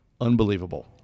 Unbelievable